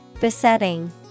Besetting